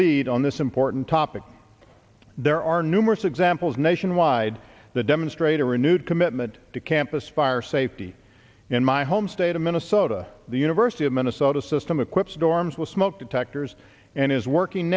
lead on this important topic there are numerous examples nationwide that demonstrate a renewed commitment to campus fire safety in my home state of minnesota the university of minnesota system equips dorms will smoke detectors and is working